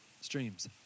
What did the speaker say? streams